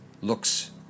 looks